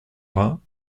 vingt